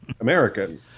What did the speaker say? American